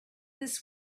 this